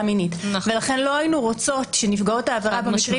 מינית ולכן לא היינו רוצים שנפגעות העבירה במקרים